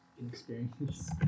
inexperience